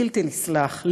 בלתי נסלח,